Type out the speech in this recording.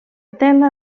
tela